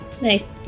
Nice